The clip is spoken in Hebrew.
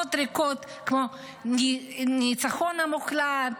סיסמאות ריקות כמו "הניצחון המוחלט",